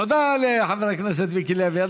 תודה לחבר הכנסת מיקי לוי.